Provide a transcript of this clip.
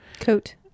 Coat